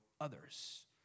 others